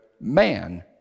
man